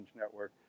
Network